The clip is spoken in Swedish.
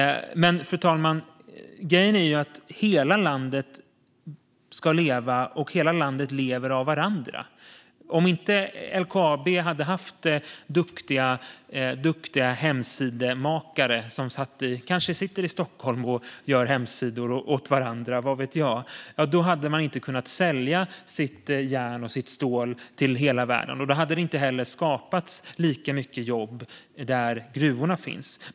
Men, fru talman, grejen är att hela landet ska leva, och hela landets delar lever av varandra. Om inte LKAB hade haft duktiga hemsidemakare, som kanske sitter i Stockholm och gör hemsidor åt varandra - vad vet jag? - hade man inte kunnat sälja sitt järn och stål till hela världen. Då hade det inte heller skapats lika mycket jobb där gruvorna finns.